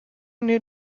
new